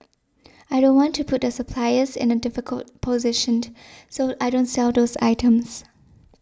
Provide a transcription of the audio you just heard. I don't want to put the suppliers in a difficult positioned so I don't sell those items